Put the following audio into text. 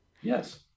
Yes